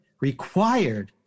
required